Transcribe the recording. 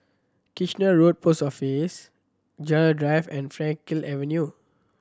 Kitchener Road Post Office Gerald Drive and Frankel Avenue